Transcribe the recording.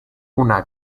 una